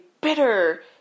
bitter